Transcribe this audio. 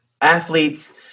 athletes